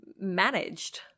managed